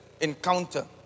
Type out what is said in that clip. encounter